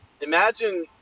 imagine